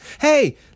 Hey